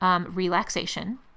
relaxation